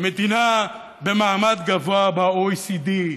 מדינה במעמד גבוה ב-OECD,